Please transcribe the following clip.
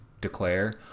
declare